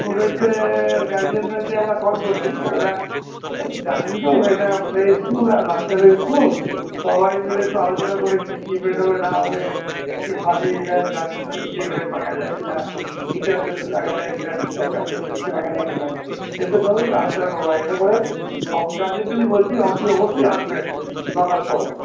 স্টুডেন্টদের গার্জিয়ানদেরকে আমরা কল করছি কেননা জানেনই তো এটা প্লে স্কুল আর বাচ্চাদের স্কুল সবাই মিলে একটু আলোচনা করে কী কী ইভেন্ট হবে না হবে কিছু ফানি ইভেন্ট গার্জেনদেরও কিছু ইভেন্ট রাখা যায় কিনা টিচারদের রাখা যায় কিনা টিচার গার্জেনদের কিছু রাখা যায় কিনা এইসব ব্যাপারে একটু আলোচনা করব আর এলে পরে সব গার্জেনদেরই বলছি অতি অবশ্যই আসবেন নটার সময়